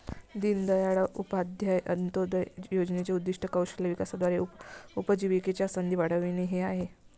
दीनदयाळ उपाध्याय अंत्योदय योजनेचे उद्दीष्ट कौशल्य विकासाद्वारे उपजीविकेच्या संधी वाढविणे हे आहे